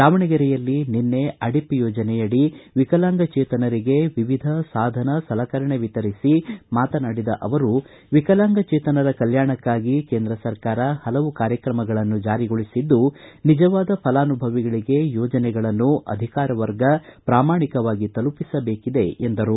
ದಾವಣಗೆರೆಯಲ್ಲಿ ನಿನ್ನೆ ಅಡಿಪ್ ಯೋಜನೆಯಡಿ ವಿಕಲಾಂಗಚೇತನರಿಗೆ ವಿವಿಧ ಸಾಧನ ಸಲಕರಣೆ ವಿತರಿಸಿ ಮಾತನಾಡಿದ ಅವರು ವಿಕಲಾಂಗಚೇತನರ ಕಲ್ಕಾಣಕ್ಕಾಗಿ ಕೇಂದ್ರ ಸರ್ಕಾರ ಪಲವು ಕಾರ್ಯಕ್ರಮಗಳನ್ನು ಜಾರಿಗೊಳಿಸಿದ್ದು ನಿಜವಾದ ಫಲಾನುಭವಿಗಳಿಗೆ ಯೋಜನೆಗಳನ್ನು ಅಧಿಕಾರಿ ವರ್ಗ ಪಾಮಾಣಿಕವಾಗಿ ತಲುಪಿಸಬೇಕಿದೆ ಎಂದರು